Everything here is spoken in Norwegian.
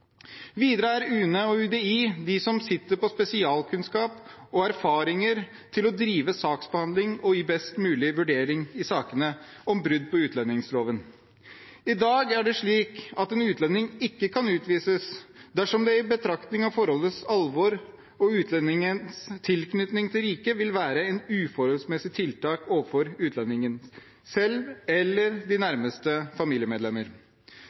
Videre er det UNE og UDI som sitter på spesialkunnskap og erfaringer til å drive saksbehandling og gi en best mulig vurdering i sakene om brudd på utlendingsloven. I dag er det slik at en utlending ikke kan utvises dersom det i betraktning av forholdets alvor og utlendingens tilknytning til riket vil være et uforholdsmessig tiltak overfor utlendingen selv eller de